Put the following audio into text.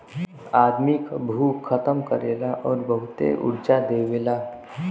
आदमी क भूख खतम करेला आउर बहुते ऊर्जा देवेला